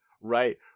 right